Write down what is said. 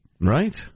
Right